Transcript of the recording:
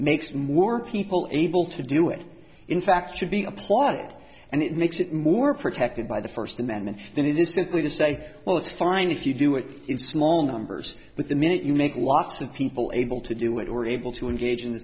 makes more people able to do it in fact should be applauded and that makes it more protected by the first amendment than it is simply to say well it's fine if you do it in small numbers but the minute you make lots of people able to do it or are able to engage in th